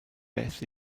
beth